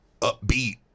upbeat